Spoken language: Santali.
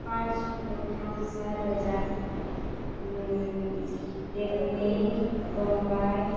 ᱯᱟᱸᱪ ᱜᱚᱴᱟᱝ ᱥᱚᱦᱚᱨ ᱵᱟᱡᱟᱨ ᱫᱤᱞᱞᱤ ᱢᱩᱢᱵᱟᱭ